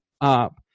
up